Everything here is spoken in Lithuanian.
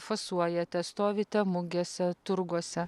fasuojate stovite mugėse turguose